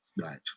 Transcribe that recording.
Right